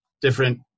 different